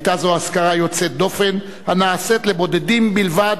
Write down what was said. היתה זו אזכרה יוצאת דופן, הנעשית לבודדים בלבד,